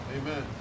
Amen